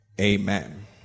Amen